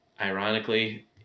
Ironically